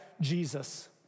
Jesus